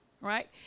right